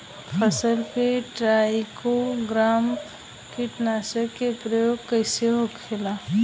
फसल पे trichogramma कीटनाशक के प्रयोग कइसे होखेला?